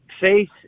faith